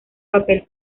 papel